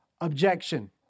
objection